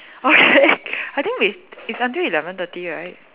okay I think we it's until eleven thirty right